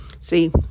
See